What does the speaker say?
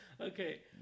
Okay